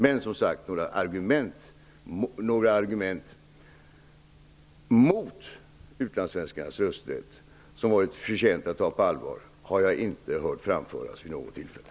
Jag har alltså inte vid något tillfälle hört några argument framföras mot utlandssvenskarnas rösträtt som förtjänar att tas på allvar.